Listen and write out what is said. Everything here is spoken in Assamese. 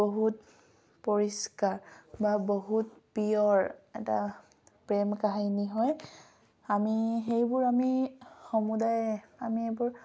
বহুত পৰিষ্কাৰ বা বহুত পিয়ৰ এটা প্ৰেম কাহিনী হয় আমি সেইবোৰ আমি সমুদায় আমি এইবোৰ